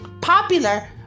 popular